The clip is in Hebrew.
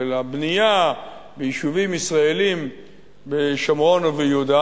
הבנייה ביישובים ישראליים בשומרון וביהודה,